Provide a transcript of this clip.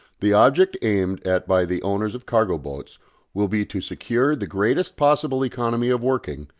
the object aimed at by the owners of cargo boats will be to secure the greatest possible economy of working,